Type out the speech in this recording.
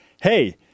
hey